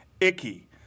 icky